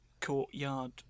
courtyard